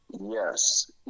Yes